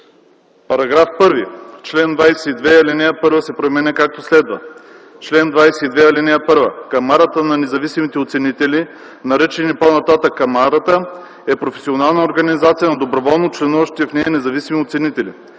„§ 1. Член 22, ал. 1 се променя, както следва: „Чл. 22. (1) Камарата на независимите оценители, наричани по-нататък „камарата”, е професионална организация на доброволно членуващите в нея независими оценители.